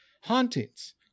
Hauntings